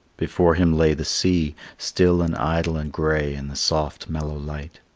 before him lay the sea, still and idle and grey in the soft mellow light.